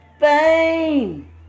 Fame